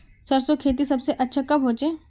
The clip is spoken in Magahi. सरसों खेती सबसे अच्छा कब होचे?